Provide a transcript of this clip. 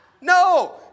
No